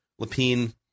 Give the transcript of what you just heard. Lapine